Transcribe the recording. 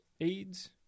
AIDS